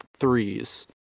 threes